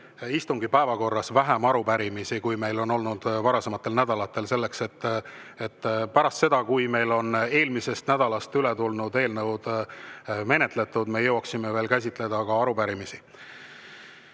istungi päevakorras vähem arupärimisi, kui meil on olnud varasematel nädalatel, et pärast seda, kui meil on eelmisest nädalast üle tulnud eelnõud menetletud, me jõuaksime veel käsitleda ka arupärimisi. Varro